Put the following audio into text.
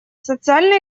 социально